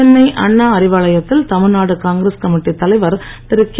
சென்னை அண்ணா அறிவாலயத்தில் தமிழ்நாடு காங்கிரஸ் கமிட்டி தலைவர் திரு கே